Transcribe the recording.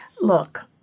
look